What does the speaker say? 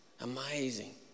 amazing